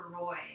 Roy